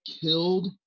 Killed